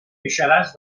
deixaràs